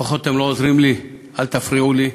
אתם לא עוזרים לי, לפחות אל תפריעו לי.